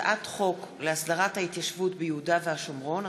הצעת חוק להסדרת ההתיישבות ביהודה והשומרון,